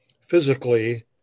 physically